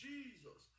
Jesus